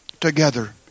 together